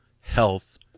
health